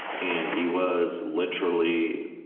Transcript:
and he was literally.